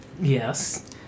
yes